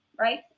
right